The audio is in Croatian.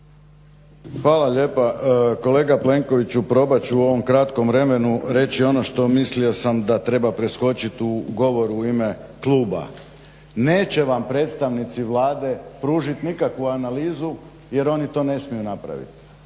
Hvala lijepa. Kolega Plenkoviću, probat ću u ovom kratkom vremenu reći ono što mislio sam da treba preskočiti u govoru u ime kluba. Neće vam predstavnici Vlade pružit nikakvu analizu, jer oni to ne smiju napravit.